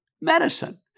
medicine